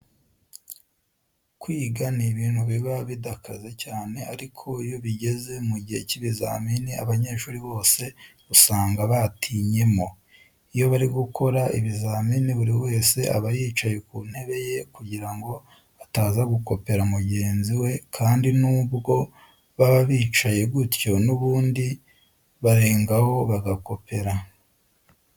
Kwiga ni ibintu biba bidakaze cyane ariko iyo bigeze mu gihe cy'ibizamini abanyeshuri bose usanga batinyemo. Iyo bari gukora ibizamini buri wese aba yicaye ku ntebe ye kugira ngo ataza gukopera mugenzi we kandi nubwo baba babicaje gutyo n'ubundi barengaho bagakopera.